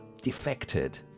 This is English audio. defected